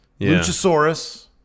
luchasaurus